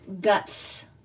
guts